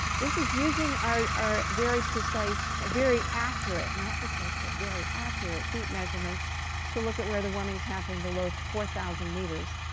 this is using our our very precise very accurate not precise but very accurate deep measurements to look at where the warming is happening below four thousand meters.